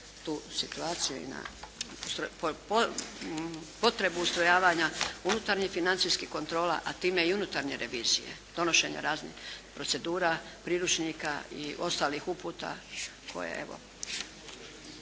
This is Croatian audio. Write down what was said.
situaciju i na potrebu ustrojavanja unutarnjih financijskih kontrola, a time i unutarnje revizije, donošenja raznih procedura, priručnika i ostalih uputa koje evo.